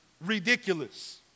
ridiculous